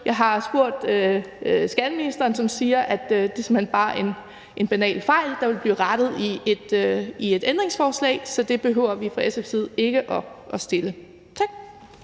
Jeg har spurgt skatteministeren, som siger, at det simpelt hen bare er en banal fejl, der vil blive rettet i et ændringsforslag, så det behøver vi ikke fra SF's side at stille. Tak.